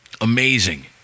amazing